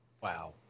Wow